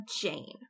Jane